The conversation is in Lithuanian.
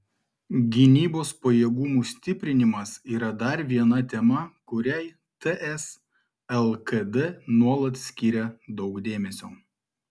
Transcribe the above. gynybos pajėgumų stiprinimas yra dar viena tema kuriai ts lkd nuolat skiria daug dėmesio